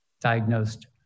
diagnosed